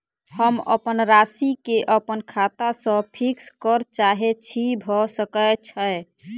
हम अप्पन राशि केँ अप्पन खाता सँ फिक्स करऽ चाहै छी भऽ सकै छै?